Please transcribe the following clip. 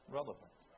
relevant